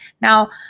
Now